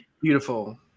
beautiful